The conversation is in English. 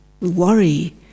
worry